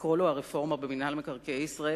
לקרוא לו הרפורמה במינהל מקרקעי ישראל,